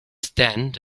stand